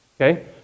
Okay